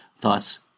thus